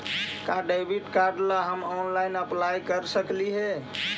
का debit card ला हम ऑनलाइन अप्लाई कर सकली हे?